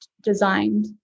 designed